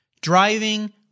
driving